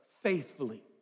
faithfully